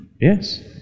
Yes